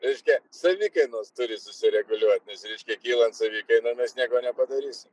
ižde savikainos turi susireguliuot nes reiškia kylant savikainai mes nieko nepadarysim